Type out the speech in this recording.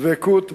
דבקות במטרה,